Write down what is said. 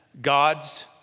God's